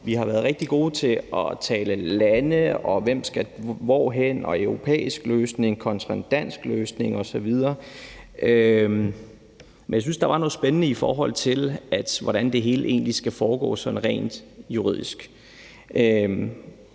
Vi har været rigtig gode til at tale om lande og hvorhenne og en europæisk løsning kontra en dansk løsning osv., men jeg synes, det var noget spændende i forhold til, hvordan det hele egentlig sådan rent juridisk